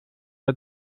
der